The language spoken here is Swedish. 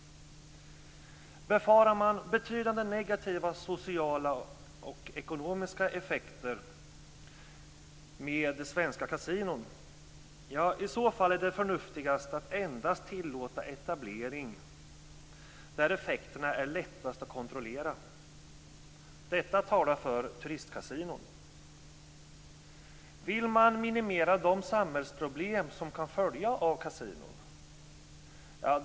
Befarar man betydande negativa sociala och ekonomiska effekter med svenska kasinon? I så fall är det förnuftigast att endast tillåta etablering där det är lättast att kontrollera effekterna. Detta talar för turistkasinon. Vill man minimera de samhällsproblem som kan följa av kasinon?